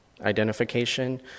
identification